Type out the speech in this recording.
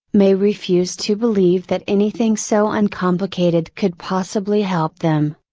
may refuse to believe that anything so uncomplicated could possibly help them.